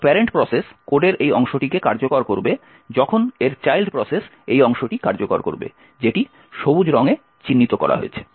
তাই parent process কোডের এই অংশটিকে কার্যকর করবে যখন এর চাইল্ড প্রসেস এই অংশটি কার্যকর করবে যেটি সবুজ রঙে চিহ্নিত করা হয়েছে